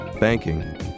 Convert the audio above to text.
Banking